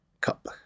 Cup